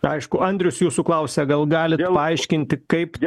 aišku andrius jūsų klausia gal galit paaiškinti kaip